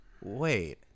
wait